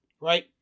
right